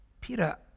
Peter